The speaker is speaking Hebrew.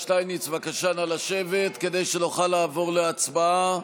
שטייניץ, בבקשה, נא לשבת, כדי שנוכל לעבור להצבעה.